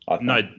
No